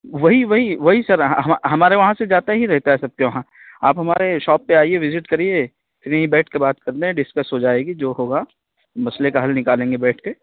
وہی وہی وہی سر ہمارے وہاں سے جاتا ہی رہتا ہے سب کے وہاں آپ ہمارے شاپ پہ آئیے وزٹ کرئیے پھر یہیں بیٹھ کے بات کر لیں گے ڈسکس ہو جائے گی جو ہوگا مسٔلے کا حل نکا لیں گے بیٹھ کے